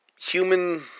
human